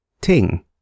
Ting